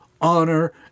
honor